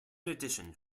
addition